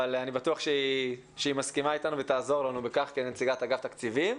אבל אני בטוח שהיא מסכימה איתנו והיא תעזור לנו בכך כנציגת אגף תקציבים.